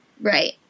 Right